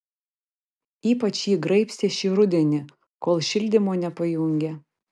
ypač jį graibstė šį rudenį kol šildymo nepajungė